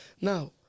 Now